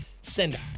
send